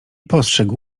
postrzegł